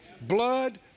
Blood